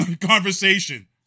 conversation